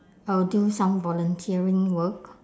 I'll do some volunteering work